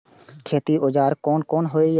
खेती औजार कोन कोन होई छै?